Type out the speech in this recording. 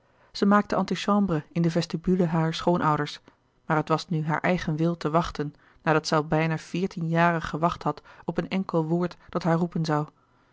zij maakte antichambre in de vestibule harer schoonouders maar het was nu haar eigen wil te wachten nadat zij al bijna veertien jaren gewacht had op een enkel woord dat haar roepen zoû